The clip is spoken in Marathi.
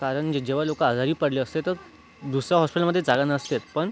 कारण जेव्हा लोक आजारी पडले असते तर दुसऱ्या हॉस्पिटलमध्ये जागा नसते पण